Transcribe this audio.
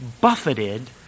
buffeted